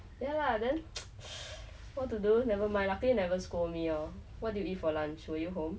ya lah then what to do never mind luckily never scold me loh what do you eat for lunch were you home